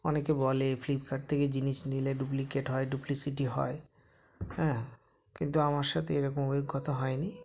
অনেকে বলে ফ্লিপকার্ট থেকে জিনিস নিলে ডুপ্লিকেট হয় ডুপ্লিসিটি হয় হ্যাঁ কিন্তু আমার সাথে এরকম অভিজ্ঞতা হয়নি